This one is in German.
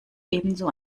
ebenso